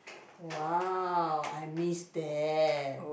!wow! I miss that